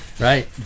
Right